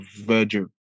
Virgil